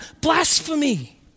blasphemy